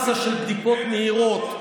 מאסה של בדיקות מהירות,